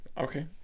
Okay